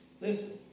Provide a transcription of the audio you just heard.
Listen